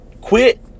Quit